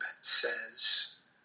says